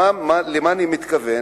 למה אני מתכוון?